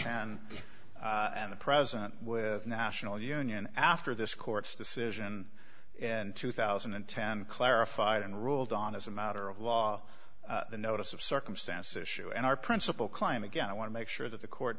ten and the present with national union after this court's decision and two thousand and ten clarified and ruled on as a matter of law the notice of circumstance issue and our principal climb again i want to make sure that the court